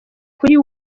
kuri